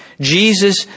Jesus